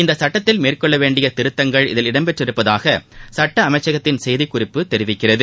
இந்தசுட்டத்தில் மேற்கொள்ளவேண்டியதிருத்தங்கள் இதில் இடம்பெற்றிருப்பதாகசட்டஅமைச்சகத்தின் செய்திக்குறிப்பு தெரிவிக்கிறது